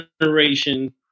generation